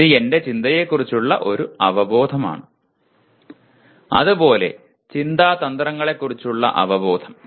ഇത് എന്റെ ചിന്തയെക്കുറിച്ചുള്ള ഒരു അവബോധമാണ് അതുപോലെ ചിന്താ തന്ത്രങ്ങളെക്കുറിച്ചുള്ള അവബോധം